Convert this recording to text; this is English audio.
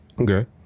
Okay